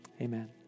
amen